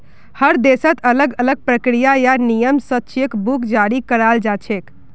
हर देशत अलग अलग तरीका या नियम स चेक बुक जारी कराल जाछेक